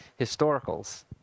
historicals